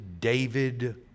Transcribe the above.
David